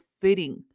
fitting